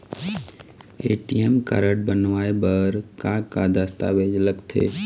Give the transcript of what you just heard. ATM card बनवाए बर का का दस्तावेज लगथे?